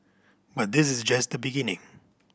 but this is just the beginning